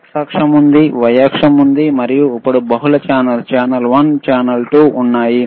X అక్షం ఉంది y అక్షం ఉంది మరియు అప్పుడు బహుళ ఛానెల్స్ ఛానల్ వన్ ఛానల్ 2 ఉన్నాయి